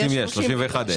30 יש, 31 אין.